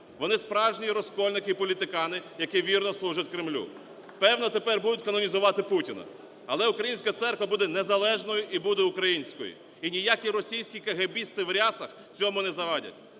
вони справжні розкольники і політикани, які вірно служать Кремлю. Певно, тепер будуть канонізувати Путіна. Але українська церква буде незалежною і буде українською, і ніякі російські кегебісти в рясах цьому не завадять.